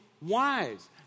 wise